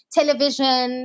television